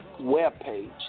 webpage